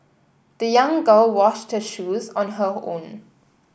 the young girl washed her shoes on her own